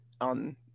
on